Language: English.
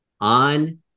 on